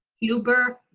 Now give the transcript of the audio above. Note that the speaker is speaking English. huber.